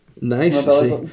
Nice